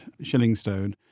Shillingstone